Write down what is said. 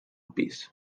pis